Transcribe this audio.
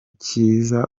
cyiza